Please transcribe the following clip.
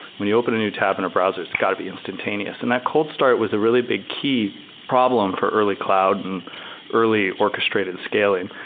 when you open a new tab in a browser, it's got to be instantaneous and that cold start was a really big key problem for early cloud and early orchestrated scaling.